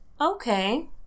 Okay